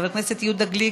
חבר הכנסת יהודה גליק,